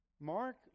Mark